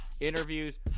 interviews